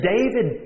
David